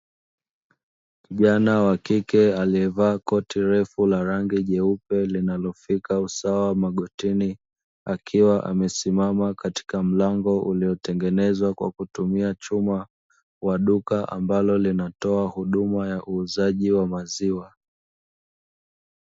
Kijana wa kike aliyevaa koti refu la rangi nyeupe linalofika usawa wa magotini, akiwa amesimama katika mlango uliotengenezwa kwa kutumia chuma, wa duka mbalo linatoa huduma ya uuzaji wa maziwa.